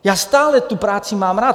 Já stále tu práci mám rád.